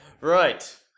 Right